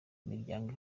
imiryango